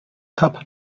cup